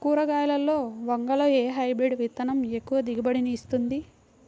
కూరగాయలలో వంగలో ఏ హైబ్రిడ్ విత్తనం ఎక్కువ దిగుబడిని ఇస్తుంది?